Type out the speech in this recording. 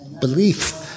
belief